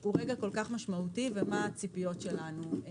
הוא רגע כל כך משמעותי ומה הציפיות שלנו.